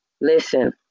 listen